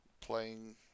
playing